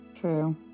True